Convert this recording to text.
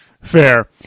Fair